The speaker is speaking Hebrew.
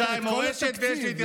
סליחה, אני אוסיף לך זמן.